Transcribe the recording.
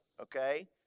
Okay